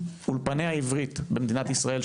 אולפני העברית במדינת ישראל,